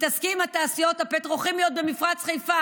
תתעסקי עם התעשיות הפטרוכימיות במפרץ חיפה.